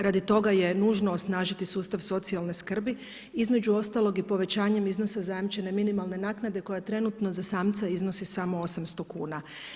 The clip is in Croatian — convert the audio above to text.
Radi toga je nužno osnažiti sustav socijalne skrbi, između ostalog i povećanjem iznosa zajamčene minimalne naknade koja trenutno za samca iznosi samo 800 kuna.